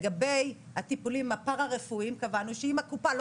לגבי הטיפולים הפרא-רפואיים קבענו שאם הקופה לא